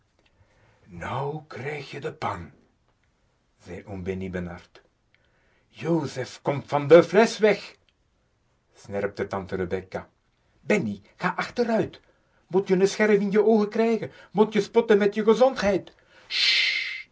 nou krijg je de pang zei oom bennie benard jozef kom van de flesch weg snerpte tante rebecca bennie ga achteruit mot je n scherf in je ooge krijge mot je spotte met je